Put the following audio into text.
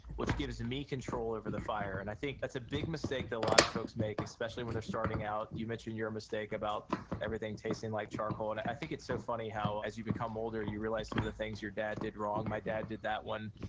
which gives me control over the fire. and i think that's a big mistake that a lot of folks make, especially when they're starting out. you mentioned your mistake about everything tasting like charcoal. and i think it's so funny how as you become older, you realize some of the things your dad did wrong. my dad did that one.